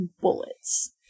bullets